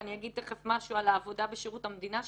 ואני אגיד משהו על העבודה בשירות המדינה,